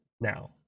now